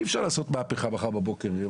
אי אפשר לעשות מהפיכה מחר בבוקר.